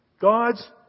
God's